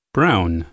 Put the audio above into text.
Brown